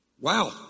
Wow